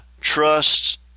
trusts